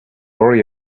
worry